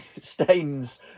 Stains